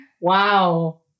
Wow